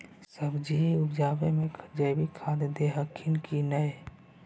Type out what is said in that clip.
सब्जिया उपजाबे मे जैवीक खाद दे हखिन की नैय?